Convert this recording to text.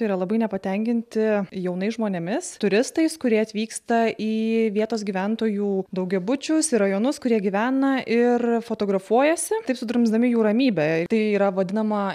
yra labai nepatenkinti jaunais žmonėmis turistais kurie atvyksta į vietos gyventojų daugiabučius į rajonus kur jie gyvena ir fotografuojasi taip sudrumsdami jų ramybę tai yra vadinama